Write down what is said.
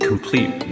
complete